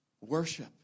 worship